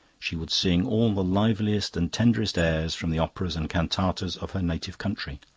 she would sing all the liveliest and tenderest airs from the operas and cantatas of her native country.